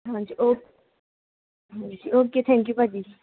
ਹਾਂਜੀ ਓਕ ਹਾਂਜੀ okay thank you ਭਾਅ ਜੀ